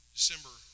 December